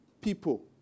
people